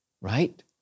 right